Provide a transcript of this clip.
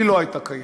היא לא הייתה קיימת,